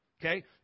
Okay